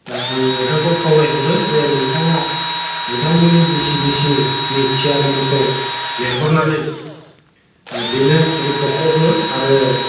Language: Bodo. आं नोंथांखौ खायलायहरो जे नोंथाङा नोंथांमोननि भिसिडिसि नि चियारमेनखौ लेंहरनानै बिनो रिपर्टखौ हो आरो